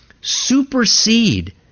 supersede